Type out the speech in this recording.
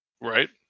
Right